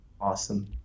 Awesome